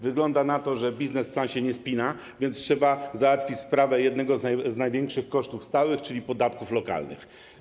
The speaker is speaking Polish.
Wygląda na to, że biznesplan się nie spina, więc trzeba załatwić sprawę jednego z największych kosztów stałych, czyli podatków lokalnych.